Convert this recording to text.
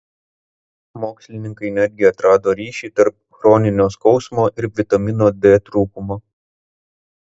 mokslininkai netgi atrado ryšį tarp chroninio skausmo ir vitamino d trūkumo